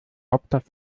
hauptstadt